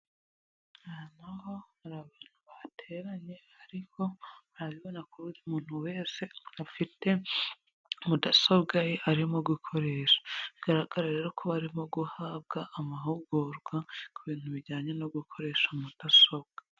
Aha naho hari abantu bateranye ariko murabibona ko buri muntu wese afite mudasobwa ye, arimo gukoresha. Bigaragara rero ko barimo guhabwa amahugurwa ku bintu bijyanye no gukoresha mudasobwa.